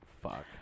Fuck